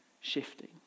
shifting